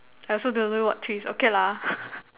I also don't know what twist okay lah